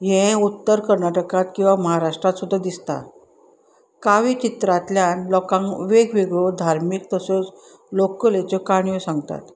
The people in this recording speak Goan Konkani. हें उत्तर कर्नाटकांत किंवां महाराष्ट्रांत सुद्दां दिसता कावी चित्रांतल्यान लोकांक वेगवेगळ्यो धार्मीक तश्योच लोककलेच्यो काणयो सांगतात